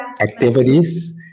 activities